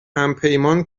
همپیمان